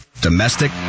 domestic